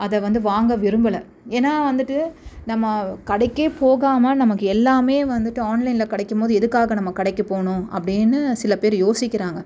அதை வந்து வாங்க விரும்பலை ஏன்னால் வந்துட்டு நம்ம கடைக்கே போகாமல் நமக்கு எல்லாமே வந்துட்டு ஆன்லைனில் கிடைக்கும்போது எதுக்காக நம்ம கடைக்கு போகணும் அப்படின்னு சில பேர் யோசிக்கிறாங்க